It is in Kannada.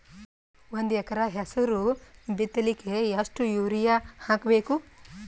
ಒಂದ್ ಎಕರ ಹೆಸರು ಬಿತ್ತಲಿಕ ಎಷ್ಟು ಯೂರಿಯ ಹಾಕಬೇಕು?